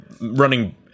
running